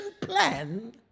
plan